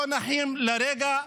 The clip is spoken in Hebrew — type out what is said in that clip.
לא נחים לרגע.